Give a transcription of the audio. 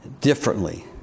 differently